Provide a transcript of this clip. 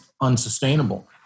unsustainable